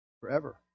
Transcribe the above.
Forever